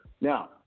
Now